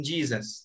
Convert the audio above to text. Jesus